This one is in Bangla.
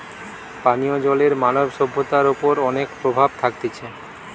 পানীয় জলের মানব সভ্যতার ওপর অনেক প্রভাব থাকতিছে